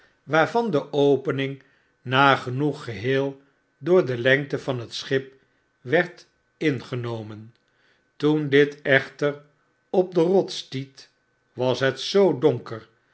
waarvan de opening nagenoeg geheel door de lengte van het schip werd ingenomen toen dit echter op de rots stiet was het zoo donker